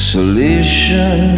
Solution